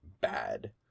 bad